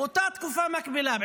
באותה תקופה מקבילה,